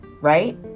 Right